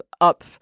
up